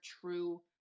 true